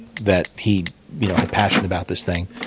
that he you know had passion about this thing.